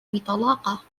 بطلاقة